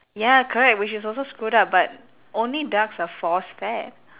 ya correct which is also screwed up but only ducks are force fed